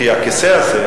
כי הכיסא הזה,